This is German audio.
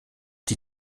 die